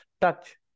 touch